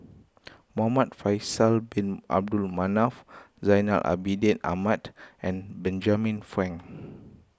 Muhamad Faisal Bin Abdul Manap Zainal Abidin Ahmad and Benjamin Frank